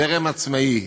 הזרם העצמאי,